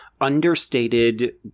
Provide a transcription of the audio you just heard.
understated